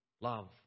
love